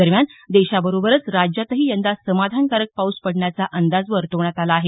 दरम्यान देशाबरोबरच राज्यातही यंदा समाधानकारक पाऊस पडण्याचा अंदाज वर्तवण्यात आला आहे